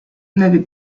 n’avait